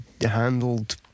handled